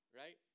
right